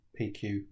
PQ